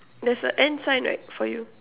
there's a N sign right for you